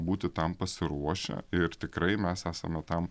būti tam pasiruošę ir tikrai mes esame tam